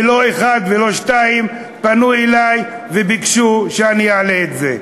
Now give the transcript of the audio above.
ולא אחד ולא שניים פנו אלי וביקשו שאני אעלה את זה.